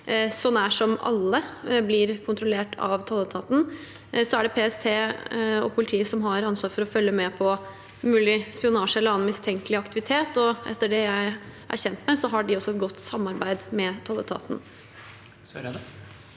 Så nær som alle blir kontrollert av tolletaten. Det er PST og politiet som har ansvar for å følge med på mulig spionasje eller annen mistenkelig aktivitet, og etter det jeg er kjent med, har de også et godt samarbeid med tolletaten.